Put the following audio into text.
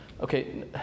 Okay